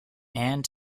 and